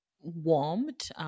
warmed